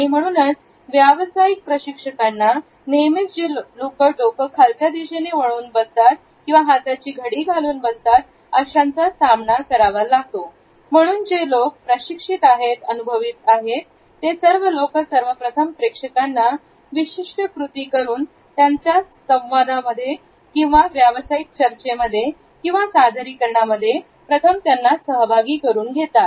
आणि म्हणूनच व्यावसायिक प्रशिक्षकांना नेहमीच जे लोकं डोके खालच्या दिशेला वळून बसतात किंवा हाताची घडी घालून बसतात अशां चा सामना करावा लागतो म्हणून जे लोक प्रशिक्षित आहेत अनुभवी आहेत असे लोक सर्वप्रथम प्रेक्षकांना विशिष्ट कृती करून त्यांच्या संवादांमध्ये किंवा व्यावसायिक चर्चेमध्ये किंवा सादरीकरणामध्ये त्यांना सहभागी करून घेतात